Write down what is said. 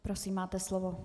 Prosím, máte slovo.